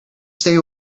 stay